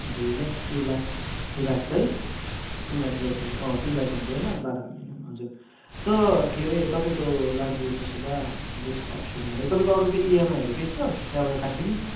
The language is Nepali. दुई लाख टु लाख्स थ्री लाख्स है थ्री लाख तिन लाख गरेर अँ तिन लाख हुन्छ होइन बाह्र महिनामा हजुर त्यो के अरे तपाईँको लागि त्यसो भए बेस्ट अप्सन भनेको तपाईँको अरू केही इएमआइहरू केही छ त्यहाँबाट काट्ने